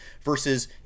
versus